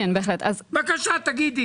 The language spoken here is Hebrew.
בבקשה, תגידי.